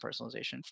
personalization